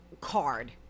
card